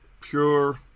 pure